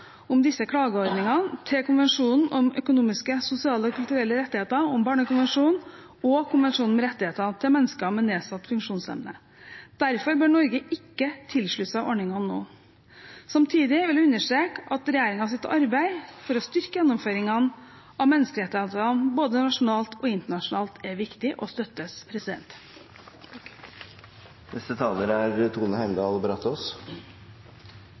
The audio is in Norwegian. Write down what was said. om disse klageordningene til konvensjonen om økonomiske, sosiale og kulturelle rettigheter, barnekonvensjonen og konvensjonen om rettighetene til mennesker med nedsatt funksjonsevne. Derfor bør Norge ikke tilslutte seg ordningene nå. Samtidig vil jeg understreke at regjeringens arbeid for å styrke gjennomføringen av menneskerettighetene både nasjonalt og internasjonalt er viktig og støttes. Fremskrittspartiet stiller seg bak innstillingen og anbefalingen i denne stortingsmeldingen. Det konkluderes her med at det er